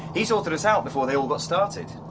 he sorted us out before they all got started.